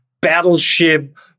battleship